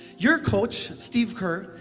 your coach, steve kerr,